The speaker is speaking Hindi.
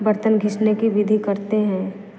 बर्तन घिसने की विधि करते है